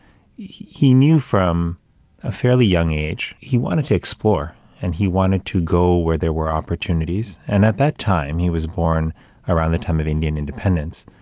he he knew from a fairly young age he wanted to explore and he wanted to go where there were opportunities. and at that time, he was born around the time of indian independence,